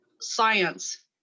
science